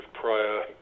prior